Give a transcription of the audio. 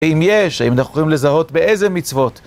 אם יש, האם אנחנו יכולים לזהות באיזה מצוות.